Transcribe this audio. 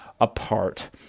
apart